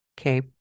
Okay